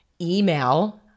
email